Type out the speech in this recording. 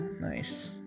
nice